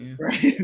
right